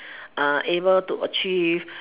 uh able to achieve